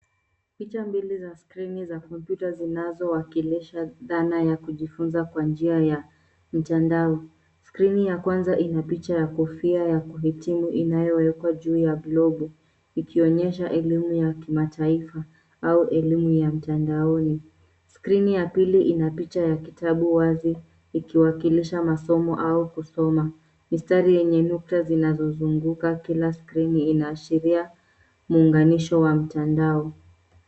Picha mbili za skrini za kompyuta zinazowakilisha dhana ya kujifunza kwa njia ya mtandao. Skrini ya kwanza inapicha ya kofia ya kuhitimu inayowekwa juu ya globu, ikionyesha elimu ya kimataifa au elimu ya mtandaoni. Skrini ya pili ina picha ya kitabu wazi, ikiwakilisha masomo au kusoma. Mistari yenye nukta zinazozunguka kila skrini inaashiria munganisho wa mtandao.